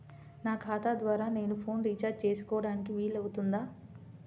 నా ఖాతా ద్వారా నేను ఫోన్ రీఛార్జ్ చేసుకోవడానికి వీలు అవుతుందా?